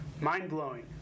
mind-blowing